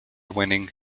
winning